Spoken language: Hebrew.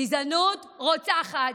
גזענות רוצחת,